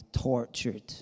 tortured